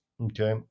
okay